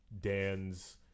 Dan's